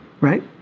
right